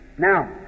Now